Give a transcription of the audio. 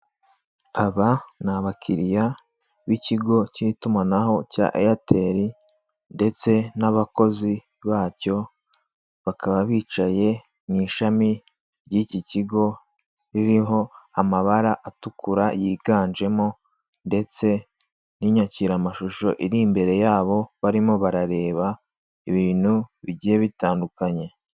Aba ni abakiriya b'ikigo cy'itumanaho cya AIRTEL ndetse n'abakozi bacyo bakaba bicaye mw'ishami ryiki kigo ririho amabara atukura yiganjemo ndetse n'inyakira mashusho iri imbere yabo barimo barareba ibintu bigiye bitandukanye.